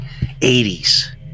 80's